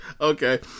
okay